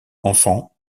enfant